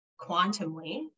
quantumly